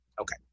Okay